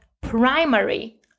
primary